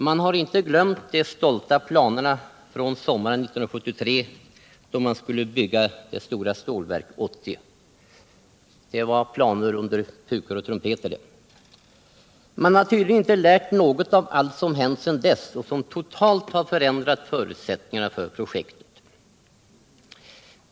De har inte glömt de stolta planerna från 1973, då det stora Stålverk 80 skulle byggas — det var planer som fördes fram med pukor och trumpeter. Man har tydligen inte lärt något av allt som hänt sedan dess och som totalt har förändrat förutsättningarna för projektet.